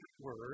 word